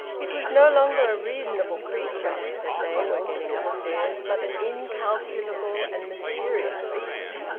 it was no longer a reasonable creature that they were getting upstairs, but an incalculable and mysterious beast.